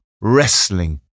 wrestling